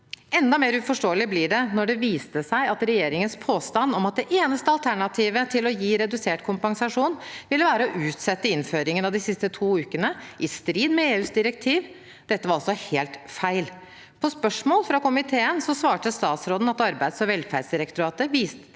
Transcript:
nr. 34 og 35 4323 ble det da det viste seg at regjeringens påstand om at det eneste alternativet til å gi redusert kompensasjon var å utsette innføringen av de to siste ukene, i strid med EUs direktiv, var helt feil. På spørsmål fra komiteen svarte statsråden at Arbeids- og velferdsdirektoratet viste